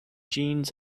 jeans